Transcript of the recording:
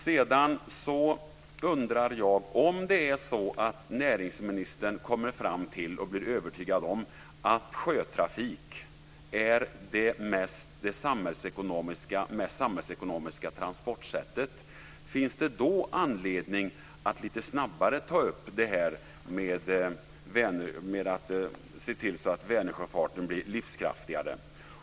Finns det, om näringsministern kommer fram till och blir övertygad om att sjötrafik samhällsekonomiskt är det bästa transportsättet, anledning att lite snabbare se till att Vänersjöfarten blir livskraftigare?